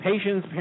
Patients